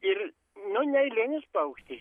ir nu neeilinis paukštis